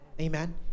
Amen